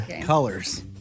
Colors